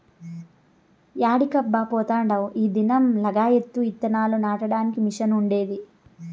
యాడికబ్బా పోతాండావ్ ఈ దినం లగాయత్తు ఇత్తనాలు నాటడానికి మిషన్ ఉండాది